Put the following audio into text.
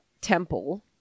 Temple